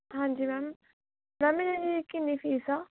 ਹਾਂਜੀ ma'am ma'am ਇਹਦੀ ਕਿੰਨੀ ਫੀਸ ਆ